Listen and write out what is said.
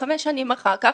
חמש שנים אחר כך,